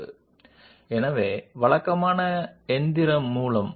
die అనేది వాహక పదార్థంతో తయారు చేయబడితే ఇది సాధారణంగా లోహాలు మరియు మిశ్రమాలకు సంబంధించినది